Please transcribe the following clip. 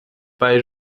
bei